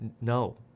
no